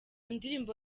ndirimbo